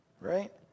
Right